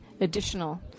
additional